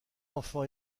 enfant